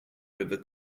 river